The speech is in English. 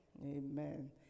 Amen